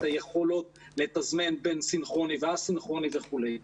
את היכולות לתזמן בין סינכרוני וא-סינכרוני וכו'.